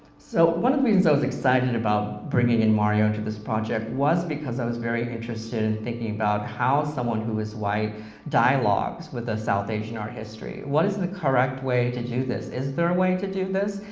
so one of the reasons i was excited about bringing in mario into the project was because i was very interested in thinking about how someone who is white dialogues with a south asian art history. what is the correct way to do this? is there a way to do this?